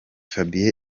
fabien